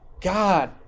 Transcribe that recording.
God